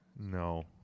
No